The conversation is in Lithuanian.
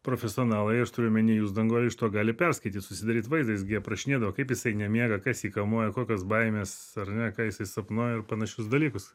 profesionalai aš turiu omeny jus danguole iš to gali perskaityt susidaryt vaizdą jis gi aprašinėdavo kaip jisai nemiega kas jį kamuoja kokios baimės ar ne ką jisai sapnuoja ir panašius dalykus